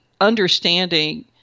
understanding